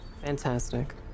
Fantastic